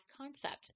concept